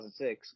2006